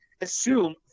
assume